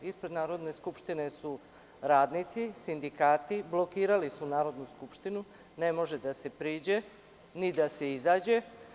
Ispred Narodne skupštine su radnici, sindikati, blokirali su Narodnu skupštinu, ne može da se priđe, ni da se izađe.